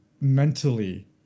mentally